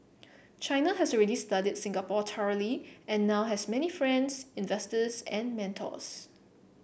China has already studied Singapore thoroughly and now has many friends investors and mentors